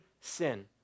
sin